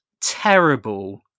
terrible